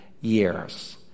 years